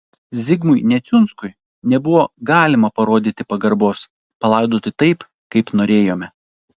zigmui neciunskui nebuvo galima parodyti pagarbos palaidoti taip kaip norėjome